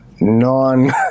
non